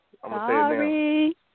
Sorry